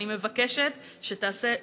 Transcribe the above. אני מבקשת שתעשה בדיקה,